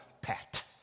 pat